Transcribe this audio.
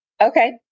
Okay